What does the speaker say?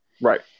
Right